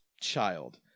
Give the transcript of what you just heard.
child